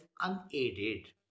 unaided